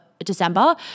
December